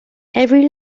every